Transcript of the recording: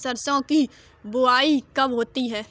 सरसों की बुआई कब होती है?